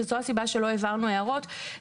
וזאת הסיבה שלא העברנו הערות.